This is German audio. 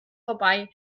vorbei